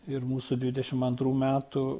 ir mūsų dvidešimt antrų metų